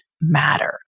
matter